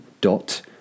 dot